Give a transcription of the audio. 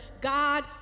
God